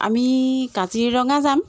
আমি কাজিৰঙা যাম